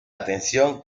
atención